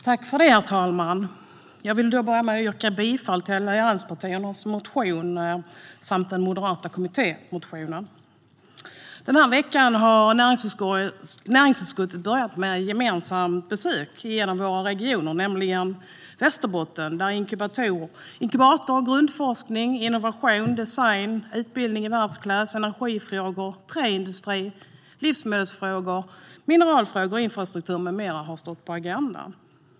Herr talman! Jag vill börja med att yrka bifall till allianspartiernas motion och den moderata kommittémotionen, det vill säga reservation 1 och 14. Denna vecka började med att näringsutskottet gjorde ett gemensamt besök i en av våra regioner, nämligen Västerbotten. Där har inkubatorer, grundforskning, innovation, design, utbildning i världsklass, energifrågor, träindustri, livsmedelsfrågor, mineralfrågor, infrastruktur med mera stått på agendan.